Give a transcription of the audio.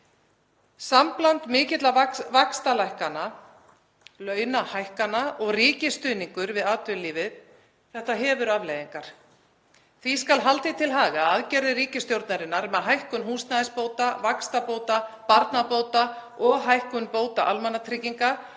Sambland mikilla vaxtalækkana, launahækkana og ríkisstuðningur við atvinnulífið hefur afleiðingar. Því skal haldið til haga að aðgerðir ríkisstjórnarinnar með hækkun húsnæðisbóta, vaxtabóta, barnabóta og hækkun bóta almannatrygginga